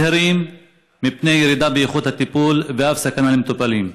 ומזהירים מפני ירידה באיכות הטיפול ואף סכנה למטופלים.